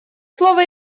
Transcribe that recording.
слово